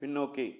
பின்னோக்கி